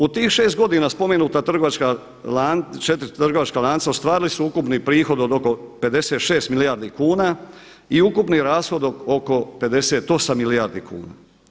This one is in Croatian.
U tih šest godina spomenuta trgovačka, 4 trgovačka lanca ostvarili su ukupni prihod od oko 56 milijardi kuna i ukupni rashod oko 58 milijardi kuna.